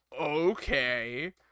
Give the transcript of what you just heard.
okay